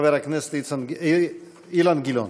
חבר הכנסת איצן אילן גילאון.